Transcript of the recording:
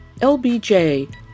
LBJ